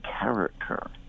character